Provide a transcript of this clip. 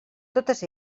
totes